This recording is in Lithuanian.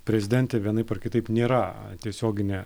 prezidentė vienaip ar kitaip nėra tiesioginė